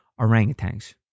orangutans